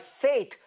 faith